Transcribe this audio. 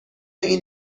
این